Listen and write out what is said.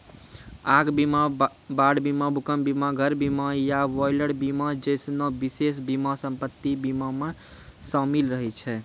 आग बीमा, बाढ़ बीमा, भूकंप बीमा, घर बीमा या बॉयलर बीमा जैसनो विशेष बीमा सम्पति बीमा मे शामिल रहै छै